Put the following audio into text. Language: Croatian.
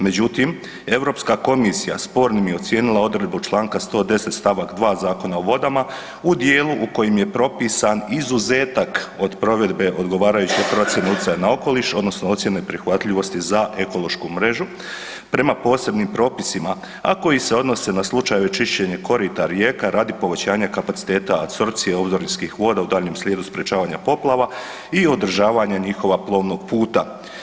Međutim, Europska komisija spornim je ocijenila odredbu čl. 110. st. 2. Zakona o vodama u dijelu u kojim je propisan izuzetak od provedbe odgovarajuće procjene utjecaja na okoliš odnosno ocjene prihvatljivosti za ekološku mrežu prema posebnim propisima, a koji se odnose na slučajeve čišćenja korita rijeka radi povećanja kapaciteta apsorpcije oborinskih voda u daljnjem slijedu sprječavanja poplava i održavanja njihova plovnog puta.